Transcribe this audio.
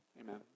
Amen